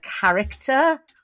character